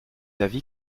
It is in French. avis